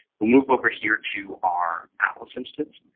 move over here to our atlas instance.